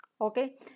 okay